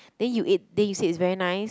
then you ate then you said it's very nice